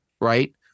Right